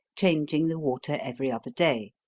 changing the water every other day,